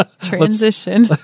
Transition